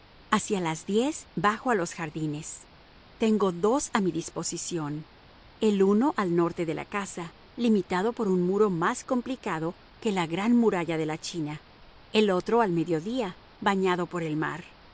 hacia las diez bajo a los jardines tengo dos a mi disposición el uno al norte de la casa limitado por un muro más complicado que la gran muralla de la china el otro al mediodía bañado por el mar